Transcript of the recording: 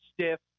stiff